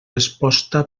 resposta